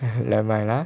let me know